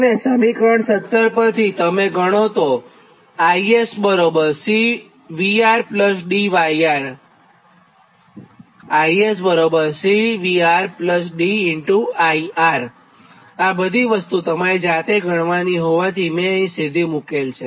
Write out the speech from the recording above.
અને સમીકરણ 17 પરથીતમે ગણો આ બધી વસ્તુ તમારે જાતે ગણવાની હોવાથી અહીં મેં સીધી મુકેલ છે